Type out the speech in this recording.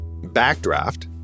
Backdraft